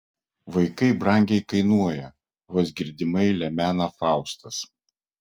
vaikai brangiai kainuoja vos girdimai lemena faustas